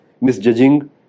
misjudging